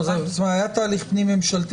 היה תהליך פנים ממשלתי